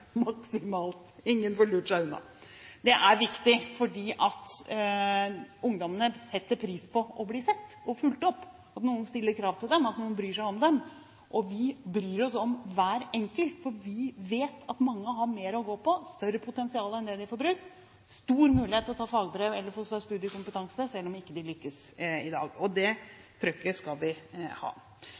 ingen får lurt seg unna. Det er viktig fordi ungdommene setter pris på å bli sett og fulgt opp, at noen stiller krav til dem, og at noen bryr seg om dem. Vi bryr oss om hver enkelt, for vi vet at mange har mer å gå på – har større potensial enn det de får brukt – og stor mulighet til å ta fagbrev eller få seg studiekompetanse selv om de ikke lykkes i dag, og det trykket skal vi ha.